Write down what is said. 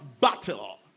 battle